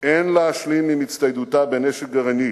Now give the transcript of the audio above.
אין להשלים עם הצטיידותה בנשק גרעיני